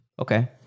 Okay